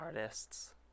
artists